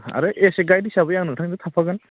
आरो as a guide हिसाबै आं नोंथांजों थाफागोन